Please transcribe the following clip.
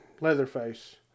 Leatherface